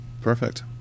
Perfect